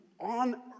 on